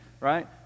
right